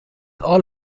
all